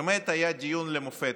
באמת, היה דיון למופת.